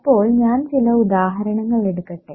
അപ്പോൾ ഞാൻ ചില ഉദാഹരണങ്ങൾ എടുക്കട്ടെ